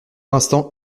instants